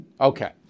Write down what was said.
Okay